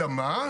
אלא מה,